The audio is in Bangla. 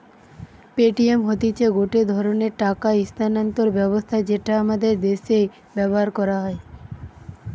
পেটিএম হতিছে গটে ধরণের টাকা স্থানান্তর ব্যবস্থা যেটা আমাদের দ্যাশে ব্যবহার হয়